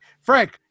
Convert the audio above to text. Frank